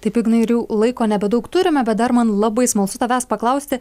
taip ignai ir jau laiko nebedaug turime bet dar man labai smalsu tavęs paklausti